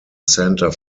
center